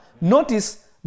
Notice